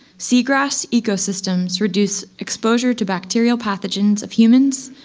seagrass ecosystems reduce exposure to bacterial pathogens of humans,